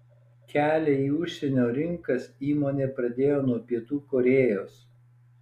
kelią į užsienio rinkas įmonė pradėjo nuo pietų korėjos